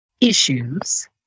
issues